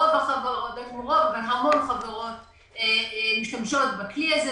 רוב או המון חברות משתמשות בכלי הזה,